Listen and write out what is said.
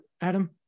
Adam